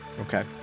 Okay